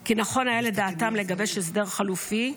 כי נכון היה לדעתם לגבש הסדר חלופי,